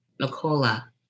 Nicola